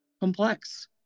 complex